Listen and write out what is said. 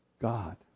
God